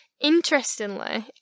Interestingly